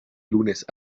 lunes